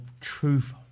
Truth